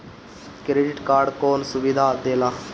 Credit card कौन सुबिधा देला?